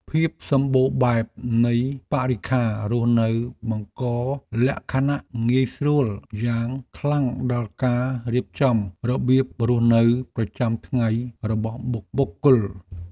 ភាពសម្បូរបែបនៃបរិក្ខាររស់នៅបង្កលក្ខណៈងាយស្រួលយ៉ាងខ្លាំងដល់ការរៀបចំរបៀបរស់នៅប្រចាំថ្ងៃរបស់បុគ្គល។